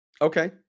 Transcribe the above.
Okay